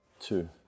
two